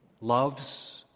loves